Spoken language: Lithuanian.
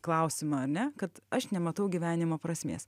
klausimą ar ne kad aš nematau gyvenimo prasmės